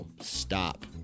stop